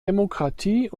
demokratie